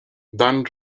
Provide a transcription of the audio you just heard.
dan